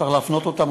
צריך להפנות אותן,